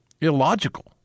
illogical